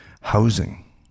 Housing